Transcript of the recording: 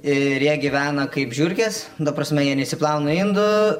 ir jie gyvena kaip žiurkės ta prasme jie neišsiplauna indų